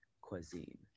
cuisine